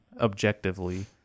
objectively